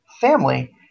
family